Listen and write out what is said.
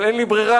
אבל אין לי ברירה.